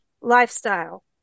lifestyle